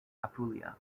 apulia